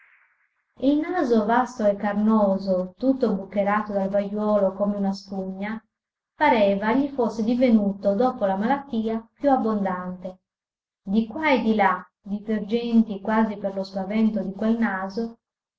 il naso vasto e carnoso tutto bucherato dal vajuolo come una spugna pareva gli fosse divenuto dopo la malattia più abbondante di qua e di là divergenti quasi per lo spavento di quel naso